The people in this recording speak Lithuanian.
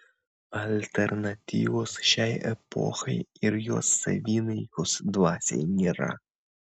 alternatyvos šiai epochai ir jos savinaikos dvasiai nėra